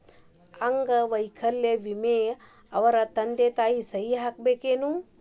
ಅಂಗ ವೈಕಲ್ಯ ವಿಮೆಕ್ಕ ಅವರ ತಂದಿ ತಾಯಿ ಸಹಿ ಹಾಕಸ್ಬೇಕೇನು?